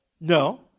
No